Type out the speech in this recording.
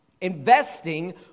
investing